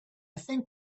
think